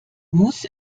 muss